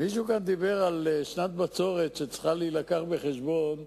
מישהו כאן דיבר על שנת בצורת שצריך להביא בחשבון השנה,